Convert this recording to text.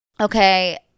okay